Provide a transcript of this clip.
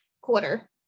quarter